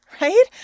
Right